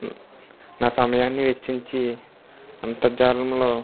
నా సమయాన్ని వెచ్చించి అంతర్జాలంలో